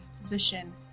position